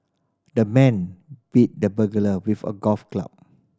the man bit the burglar with a golf club